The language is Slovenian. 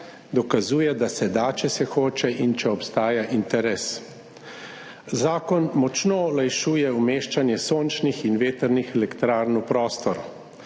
dokazuje, da se da, če se hoče in če obstaja interes. Zakon močno olajšuje umeščanje sončnih in vetrnih elektrarn v prostor.